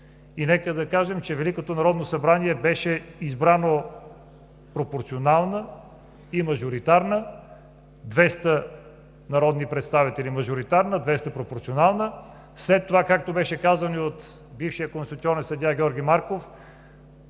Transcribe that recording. Нека да кажем, че Великото народно събрание беше избрано от пропорционална и мажоритарна: 200 народни представители мажоритарна, 200 – пропорционална. След това, както беше казано и от бившия конституционен съдия Георги Марков,